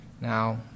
Now